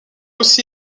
aussi